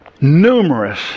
numerous